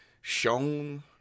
shown